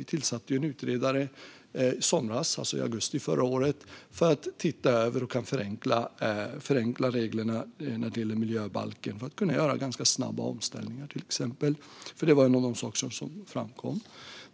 Vi tillsatte en utredare i somras, alltså i augusti förra året, för att se över hur vi kan förenkla reglerna när det gäller miljöbalken för att kunna göra ganska snabba omställningar, till exempel. Detta var en av de saker som framkom